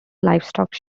livestock